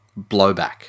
blowback